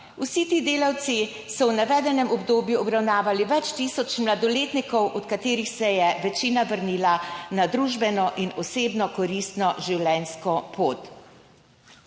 Vsi ti delavci so v navedenem obdobju obravnavali več tisoč mladoletnikov, od katerih se je večina vrnila na družbeno- in osebnokoristno življenjsko pot.«